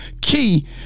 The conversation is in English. Key